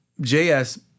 JS